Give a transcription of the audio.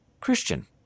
Christian